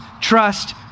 trust